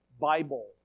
Bible